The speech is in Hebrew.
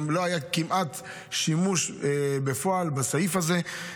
גם לא היה כמעט שימוש בפועל בסעיף הזה,